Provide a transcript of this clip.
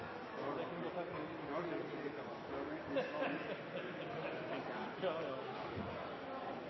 Da var det ikke